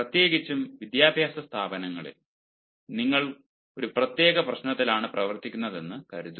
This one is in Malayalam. പ്രത്യേകിച്ചും വിദ്യാഭ്യാസ സ്ഥാപനങ്ങളിൽ നിങ്ങൾ ഒരു പ്രത്യേക പ്രശ്നത്തിലാണ് പ്രവർത്തിക്കുന്നതെന്ന് കരുതുക